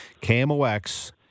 KMOX